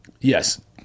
Yes